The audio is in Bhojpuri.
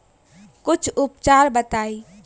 कुछ उपचार बताई?